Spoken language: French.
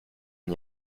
n’y